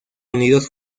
unidos